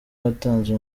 watanze